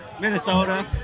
Minnesota